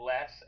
less